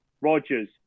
Rodgers